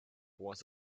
was